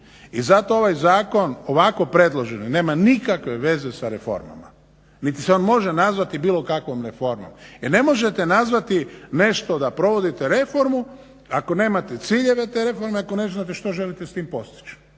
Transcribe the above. I zato ovaj zakon ovako predložen nema nikakve veze sa reformama niti se on može nazvati bilo kakvom reformom. Jer ne možete nazvati nešto da provodite reformu ako nemate ciljeve te reforme, ako ne znate što želite sa time postići